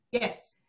Yes